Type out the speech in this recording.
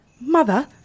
Mother